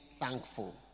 thankful